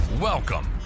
welcome